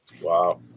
Wow